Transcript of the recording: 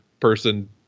person